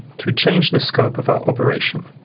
to change the scope of our operation.